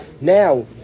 Now